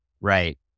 Right